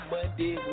Monday